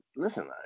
Listen